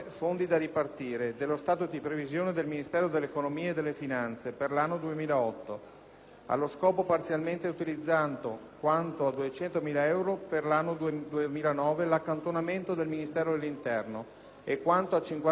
allo scopo parzialmente utilizzando quanto a 200.000 euro per l'anno 2009 l'accantonamento del Ministero dell'interno, e quanto a 50.000 euro per l'anno 2010 l'accantonamento relativo al Ministero della solidarietà sociale.